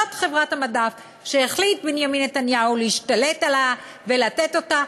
זאת חברת המדף שהחליט בנימין נתניהו להשתלט עליה ולתת אותה,